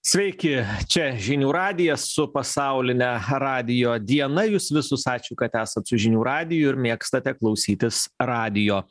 sveiki čia žinių radijas su pasauline radijo diena jus visus ačiū kad esat su žinių radiju ir mėgstate klausytis radijo